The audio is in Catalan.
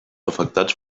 afectats